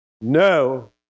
no